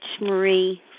Marie